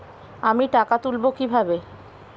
আমি টাকা তুলবো কি ভাবে?